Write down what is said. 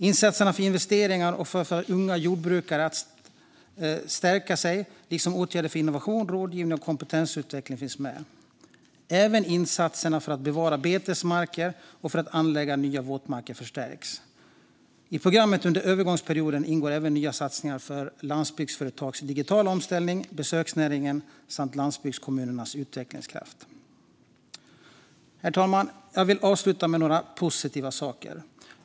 Insatserna för investeringar och för unga jordbrukare stärks liksom åtgärder för innovation, rådgivning och kompetensutveckling. Även insatserna för att bevara betesmarker och för att anlägga nya våtmarker förstärks. I programmet under övergångsperioden ingår även nya satsningar för landsbygdsföretags digitala omställning, besöksnäringen samt landsbygdskommuners utvecklingskraft. Herr talman! Jag vill avsluta med några positiva saker.